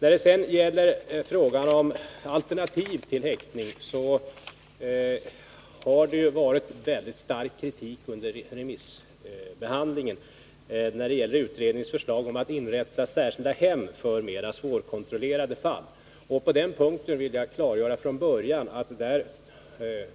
När det sedan gäller frågan om alternativ till häktning har det riktats väldigt stark kritik under remissbehandlingen mot utredningens förslag om att inrätta särskilda hem för mera svårkontrollerade fall. På den punkten vill jag klargöra från början att jag